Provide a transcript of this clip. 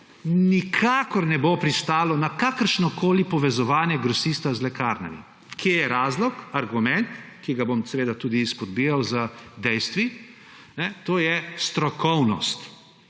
nikakor ne bo pristalo na kakršnokoli povezovanje grosista z lekarnami. Kje je razlog, argument, ki ga bom seveda tudi izpodbijal z dejstvi? To je strokovnost.